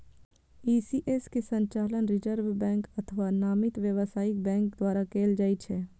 ECS के संचालन reserve bank अथवा नामित व्यावसायिक बैंक द्वारा कैल जाइ छै